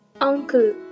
Uncle